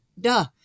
duh